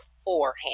beforehand